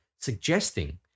suggesting